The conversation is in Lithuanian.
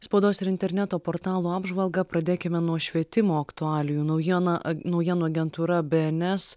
spaudos ir interneto portalų apžvalgą pradėkime nuo švietimo aktualijų naujieną naujienų agentūra bns